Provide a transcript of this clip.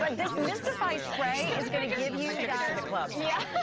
like this mystify spray is going to give you and you that. yeah